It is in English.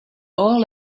all